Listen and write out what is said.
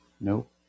nope